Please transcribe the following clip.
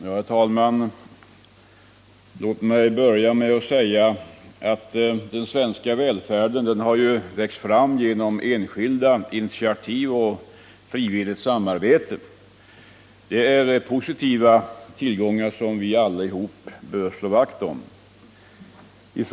Herr talman! Låt mig börja med att säga att den svenska välfärden har vuxit fram genom enskilda initiativ och frivilligt samarbete. Det är positiva tillgångar som vi alla bör slå vakt om.